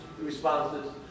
responses